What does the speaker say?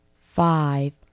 five